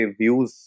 views